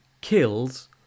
kills